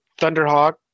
Thunderhawk